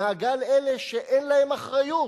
למעגל אלה שאין להם אחריות